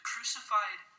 crucified